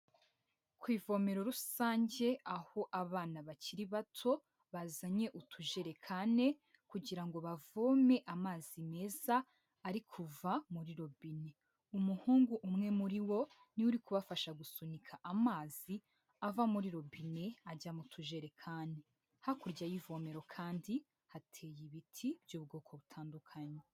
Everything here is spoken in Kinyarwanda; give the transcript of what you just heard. Ku ivomero rusange aho abana bakiri bato, bazanye utujerekane kugira ngo bavome amazi meza ari kuva muri robine, umuhungu umwe muri bo ni we uri kubafasha gusunika amazi, ava muri robine ajya mu tujerekani, hakurya y'ivomero kandi hateye ibiti by'ubwoko butandukanye.